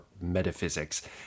metaphysics